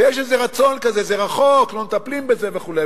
יש איזה רצון כזה, זה רחוק, לא מטפלים בזה וכו'.